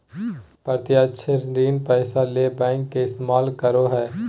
प्रत्यक्ष ऋण पैसा ले बैंक के इस्तमाल करो हइ